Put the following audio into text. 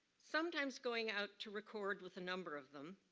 sometimes going out to record with a number of them,